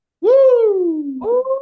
Woo